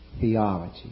theology